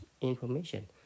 information